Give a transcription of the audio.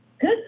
Good